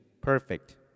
perfect